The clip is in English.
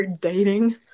dating